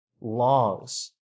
longs